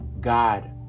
God